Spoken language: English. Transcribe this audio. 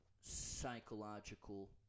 psychological